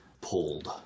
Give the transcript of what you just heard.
pulled